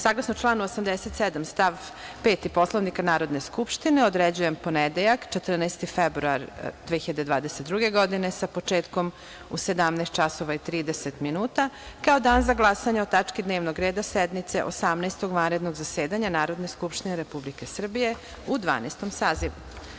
Saglasno članu 87. stav 5. Poslovnika Narodne skupštine, određujem ponedeljak 14. februar 2022. godine, sa početkom u 17.30 časova kao dan za glasanje o tački dnevnog reda sednice Osamnaestog vanrednog zasedanja Skupštine Republike Srbije u Dvanaestom sazivu.